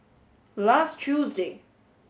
last Tuesday